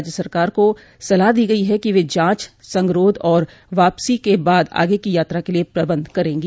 राज्य सरकारों को सलाह दी गई है कि वे जांच संगरोध और वापसी के बाद आगे की यात्रा के लिए प्रबंध करेंगी